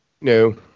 No